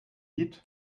lied